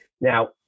Now